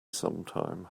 sometime